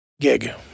gig